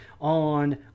on